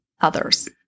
others